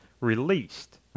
released